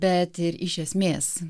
bet ir iš esmės